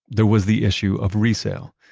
there was the issue of resale.